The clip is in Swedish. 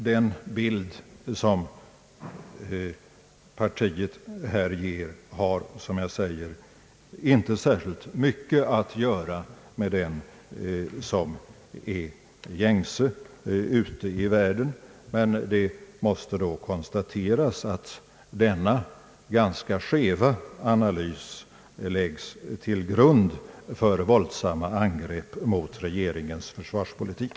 Den bild som partiet här ger har som sagt inte särskilt många likheter med den som är gängse ute i världen. Men det måste då konstateras att denna ganska skeva analys läggs till grund för våldsamma angrepp mot regeringens försvarspolitik.